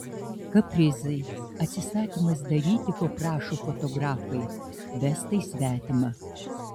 kaprizai atsisakymas daryti ko prašo fotografai vestai svetima